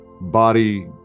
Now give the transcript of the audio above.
body